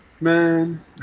Man